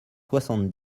soixante